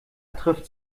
trifft